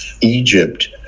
Egypt